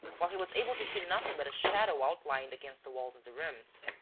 while he was able to see nothing but a shadow outlined against the walls of the rooms.